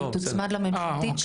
היא תוצמד לממשלתית,